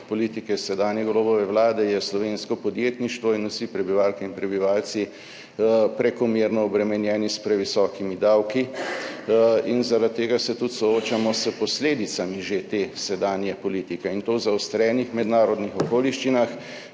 politike sedanje Golobove vlade so slovensko podjetništvo in vsi prebivalke in prebivalci prekomerno obremenjeni s previsokimi davki in zaradi tega se tudi soočamo s posledicami že te sedanje politike, in to v zaostrenih mednarodnih okoliščinah.